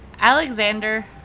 Alexander